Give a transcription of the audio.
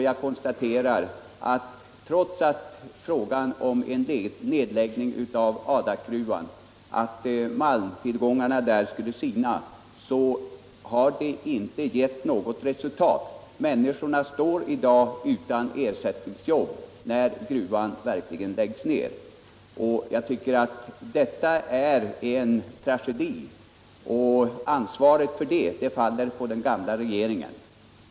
Jag konstaterar också att talet om en nedläggning av Adakgruvan på grund av sinande malmtillgång inte har givit något resultat, utan människorna där uppe står i dag utan ersättningsjobb när gruvan läggs ned. Detta är tragedi, och ansvaret därför faller på den gamla regeringen.